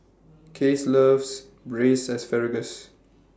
Case loves Braised Asparagus